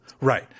Right